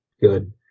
good